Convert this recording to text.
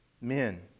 Men